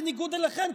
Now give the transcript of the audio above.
בניגוד אליכם,